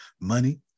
money